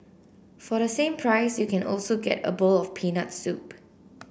for the same price you can also get a bowl of peanut soup